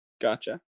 Gotcha